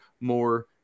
more